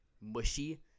mushy